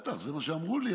בטח, זה מה שאמרו לי.